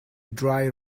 dry